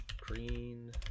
Green